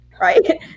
right